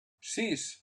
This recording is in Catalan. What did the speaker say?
sis